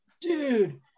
dude